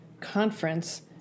conference